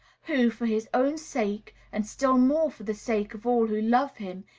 who, for his own sake, and still more for the sake of all who love him,